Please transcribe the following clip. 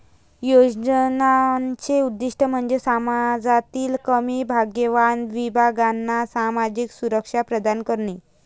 योजनांचे उद्दीष्ट म्हणजे समाजातील कमी भाग्यवान विभागांना सामाजिक सुरक्षा प्रदान करणे